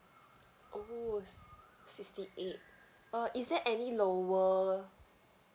oh sixty eight uh is there any lower